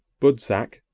budzak,